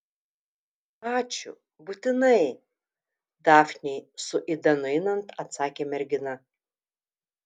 ačiū būtinai dafnei su ida nueinant atsakė mergina